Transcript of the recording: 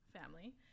family